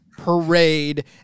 parade